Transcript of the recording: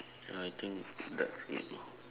ya I think that's it